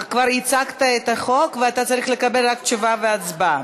כבר הצגת את החוק ואתה צריך לקבל רק תשובה והצבעה.